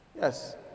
Yes